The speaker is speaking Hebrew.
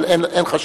אבל אין חשיבות.